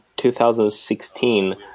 2016